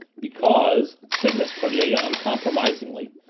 because, said miss cornelia uncompromisingly,